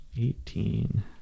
Eighteen